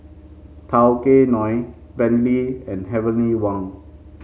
Tao Kae Noi Bentley and Heavenly Wang